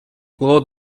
lord